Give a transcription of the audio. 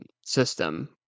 system